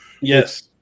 Yes